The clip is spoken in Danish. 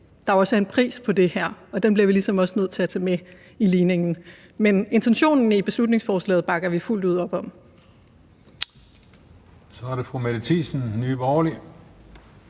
at der også er en pris på det her, og den bliver vi ligesom også nødt til at tage med i ligningen. Men intentionen i beslutningsforslaget bakker vi fuldt ud op om. Kl. 15:27 Den fg. formand